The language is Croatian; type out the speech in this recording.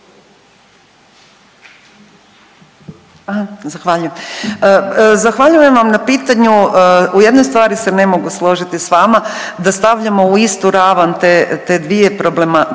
Zahvaljujem vam na pitanju, u jednoj stvari se ne mogu složiti s vama da stavljamo u istu ravan te, te dvije problema,